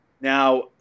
Now